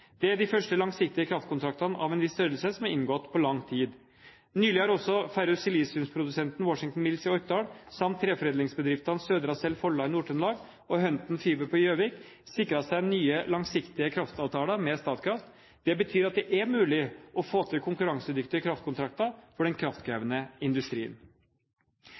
Det er de første langsiktige kraftkontrakter av en viss størrelse som er inngått på lang tid. Nylig har også ferrosilisiumprodusenten Washington Mills i Orkdal samt treforedlingsbedriftene Södra Cell Folla i Nord-Trøndelag og Hunton Fiber på Gjøvik sikret seg nye langsiktige kraftavtaler med Statkraft. Det betyr at det er mulig å få til konkurransedyktige kraftkontrakter for den kraftkrevende industrien.